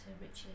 Richard